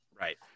Right